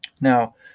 Now